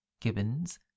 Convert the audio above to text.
Gibbons